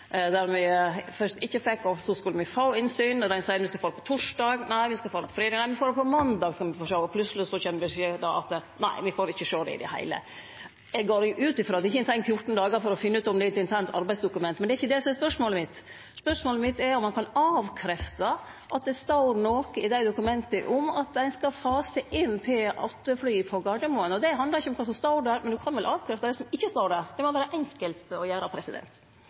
der me først ikkje fekk og så skulle få innsyn – me skulle få det på torsdag, så på fredag, og så på måndag, men plutseleg kjem det beskjed om at me ikkje får sjå dokumenta i det heile. Eg går ut ifrå at ein ikkje treng 14 dagar for å finne ut om det er interne arbeidsdokument, men det er ikkje det som er spørsmålet mitt. Spørsmålet mitt er om han kan avkrefte at det står noko i dei dokumenta om at ein skal fase inn P-8-fly på Gardermoen. Det handlar ikkje om kva som står der, men han kan vel avkrefte det som ikkje står der. Det må vere enkelt å